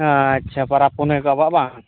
ᱦᱮᱸ ᱟᱪᱪᱷᱟ ᱯᱚᱨᱚᱵᱽᱼᱯᱩᱱᱟᱹᱭᱠᱚ ᱟᱵᱚᱣᱟᱜ ᱵᱟᱝ